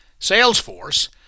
Salesforce